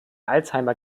alzheimer